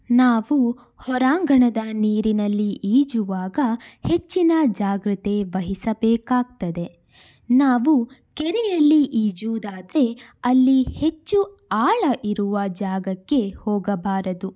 ನಾವು ಹೊರಾಂಗಣದ ನೀರಿನಲ್ಲಿ ಈಜುವಾಗ ಹೆಚ್ಚಿನ ಜಾಗ್ರತೆ ವಹಿಸಬೇಕಾಗ್ತದೆ ನಾವು ಕೆರೆಯಲ್ಲಿ ಈಜುವುದಾದರೆ ಅಲ್ಲಿ ಹೆಚ್ಚು ಆಳ ಇರುವ ಜಾಗಕ್ಕೆ ಹೋಗಬಾರದು